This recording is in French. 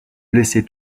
blessé